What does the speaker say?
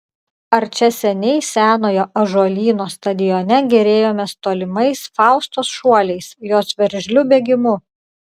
ar čia seniai senojo ąžuolyno stadione gėrėjomės tolimais faustos šuoliais jos veržliu bėgimu